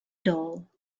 dole